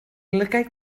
lygaid